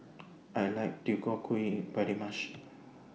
I like Deodeok Gui very much